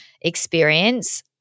experience